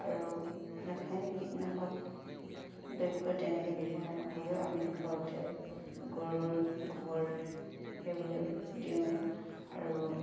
আৰু ৰাসায়নিক কীটনাশক দ্ৰব্য তেনেকৈ ব্যৱহাৰ নকৰোঁৱে আমি ঘৰতে গৰুৰ গোবৰ সেইবোৰ দিওঁ আৰু